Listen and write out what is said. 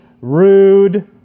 rude